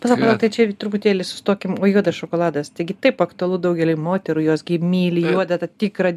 pala pala tai čia truputėlį sustokim o juodas šokoladas tai gi taip aktualu daugeliui moterų jos gi myli juodą tą tikrą